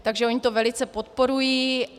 Takže oni to velice podporují...